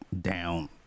down